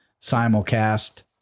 simulcast